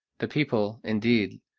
the people, indeed,